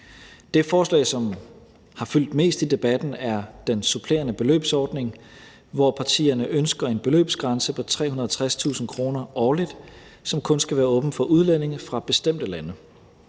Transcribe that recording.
Det forslag, som har fyldt mest i debatten, er den supplerende beløbsordning, hvor partierne ønsker en beløbsgrænse på 360.000 kr. årligt, som kun skal være åben for udlændinge fra bestemte lande.